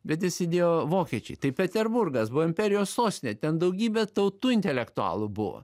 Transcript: bet jis įdėjo vokiečiai tai peterburgas buvo imperijos sostinė ten daugybė tautų intelektualų buvo